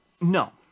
no